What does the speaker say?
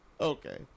Okay